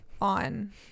on